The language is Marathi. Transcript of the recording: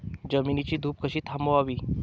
जमिनीची धूप कशी थांबवावी?